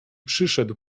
przyszedł